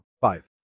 five